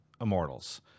Immortals